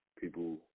People